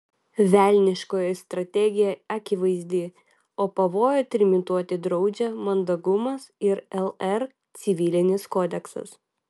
velniškoji strategija akivaizdi o pavojų trimituoti draudžia mandagumas ir lr civilinis kodeksas